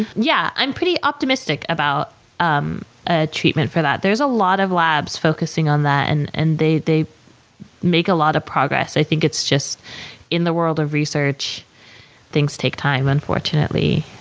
and yeah, i'm pretty optimistic about um a treatment for that. there's a lot of labs focusing on that and and they they make a lot of progress. i think it's just in the world of research things take time, unfortunately.